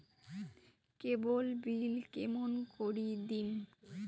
কেবল bill কেমন করি দিম?